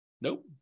Nope